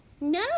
No